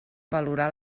valorar